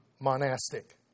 monastic